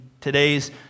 today's